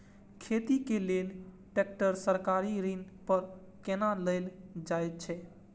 खेती के लेल ट्रेक्टर सरकारी ऋण पर कोना लेल जायत छल?